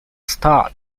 start